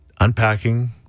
Unpacking